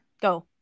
go